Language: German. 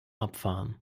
abfahren